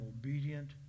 obedient